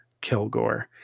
Kilgore